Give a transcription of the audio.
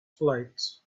flight